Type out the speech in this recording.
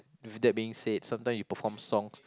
with that being said sometime you perform songs